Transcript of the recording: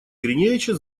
гриневича